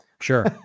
Sure